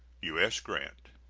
u s. grant.